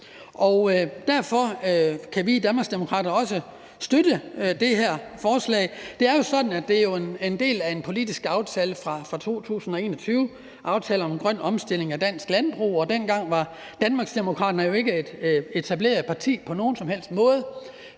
Derfor kan vi Danmarksdemokrater også støtte det her lovforslag. Det er jo sådan, at det er en del af en politisk aftale fra 2021, »Aftale om grøn omstilling af dansk landbrug«, og dengang var Danmarksdemokraterne jo ikke et etableret parti på nogen som helst måde,